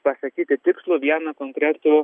pasakyti tikslų vieną konkretų